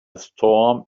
storm